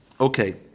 okay